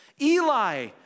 Eli